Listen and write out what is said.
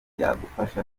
byagufasha